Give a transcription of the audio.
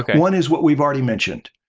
one is what we've already mentioned,